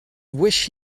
wished